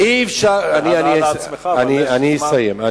אני אסיים.